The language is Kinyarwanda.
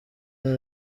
ubu